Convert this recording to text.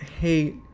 hate